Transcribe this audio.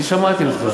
אני שמעתי אותך.